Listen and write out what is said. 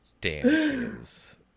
dances